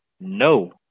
no